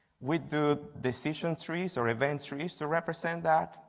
we do decision trees or event trees to represent that.